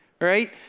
Right